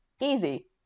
easy